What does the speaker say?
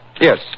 Yes